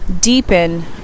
deepen